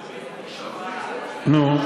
נו?